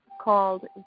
called